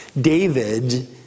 David